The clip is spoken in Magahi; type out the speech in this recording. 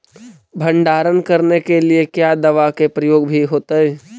भंडारन करने के लिय क्या दाबा के प्रयोग भी होयतय?